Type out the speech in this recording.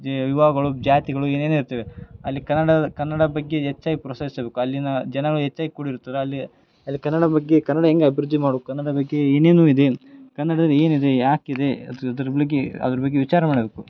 J ವಿವಾಹಗಳು ಜಾತಿಗಳು ಏನೇನೋ ಇರ್ತವೆ ಅಲ್ಲಿ ಕನ್ನಡ ಕನ್ನಡದ ಬಗ್ಗೆ ಹೆಚ್ಚಾಯ್ ಪ್ರೋತ್ಸಾಹಿಸಬೇಕು ಅಲ್ಲಿನ ಜನಗಳು ಹೆಚ್ಚಾಯ್ ಕೂಡಿರುತ್ತಾರೊ ಅಲ್ಲಿ ಅಲ್ಲಿ ಕನ್ನಡ ಬಗ್ಗೆ ಕನ್ನಡ ಹೆಂಗ್ ಅಭಿವೃದ್ಧಿ ಮಾಡುಕ್ಕೆ ಕನ್ನಡ ಬಗ್ಗೆ ಏನೇನೋ ಇದೆ ಕನ್ನಡದಲ್ಲಿ ಏನು ಇದೆ ಯಾಕೆ ಇದೆ ಅದ್ರ ಇದ್ರ ಬಗ್ಗೆ ಅದ್ರ ಬಗ್ಗೆ ವಿಚಾರ ಮಾಡಬೇಕು